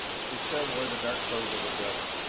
she still wore the dark clothes of her brother.